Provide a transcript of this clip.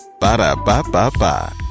Ba-da-ba-ba-ba